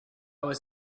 was